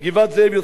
גוש-עציון,